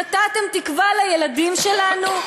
נתתם תקווה לילדים שלנו?